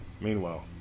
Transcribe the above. Meanwhile